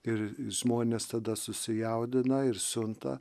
ir žmonės tada susijaudina ir siunta